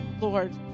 Lord